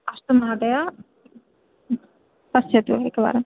अस्तु महोदय पश्यतु एकवारं